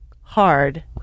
hard